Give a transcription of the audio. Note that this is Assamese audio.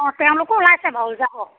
অঁ তেওঁলোকো ওলাইছে বাৰু যাব